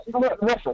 Listen